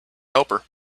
helper